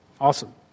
awesome